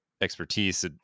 expertise